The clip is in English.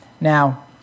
Now